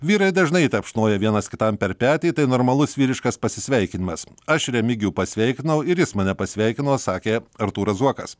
vyrai dažnai tapšnoja vienas kitam per petį tai normalus vyriškas pasisveikinimas aš remigijų pasveikinau ir jis mane pasveikino sakė artūras zuokas